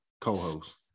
co-host